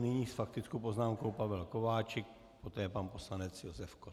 Nyní s faktickou poznámkou Pavel Kováčik, poté pan poslanec Josef Kott.